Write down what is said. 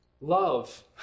love